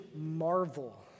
marvel